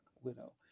widow